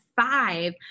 five